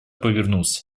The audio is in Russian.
повернулся